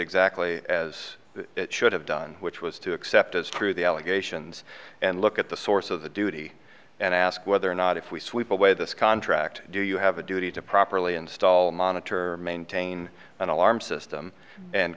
exactly as it should have done which was to accept as true the allegations and look at the source of the duty and ask whether or not if we sweep away this contract do you have a duty to properly install monitor maintain an alarm system and